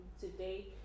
today